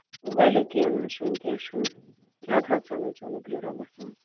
ؤلِو کیٚنٛہہ نہ حظ چھُنہٕ کیٚنٛہہ چھُنہٕ اَدٕ حظ چلو چلو بیٚہِو رۄبَس حوالہٕ